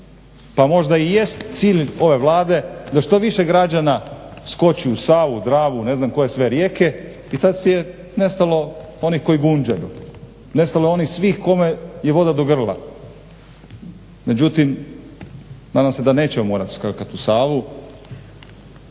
Pa možda i jest cilj ove Vlade da što više građana skoči u Savu, Dravu ne znam koje sve rijeke i tada je nestalo onih koji gunđaju, nestalo je svih onih kojima je voda do grla. Međutim, nadam se da nećemo morati skakati u Savu.